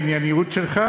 אדוני שר האנרגיה,